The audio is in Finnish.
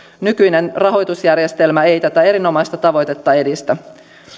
nykyinen rahoitusjärjestelmä ei tätä erinomaista tavoitetta edistä